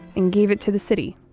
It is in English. and gave it to the city